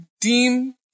deem